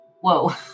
whoa